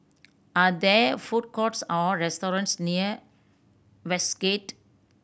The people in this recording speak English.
are there food courts or restaurants near Westgate